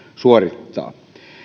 suorittaa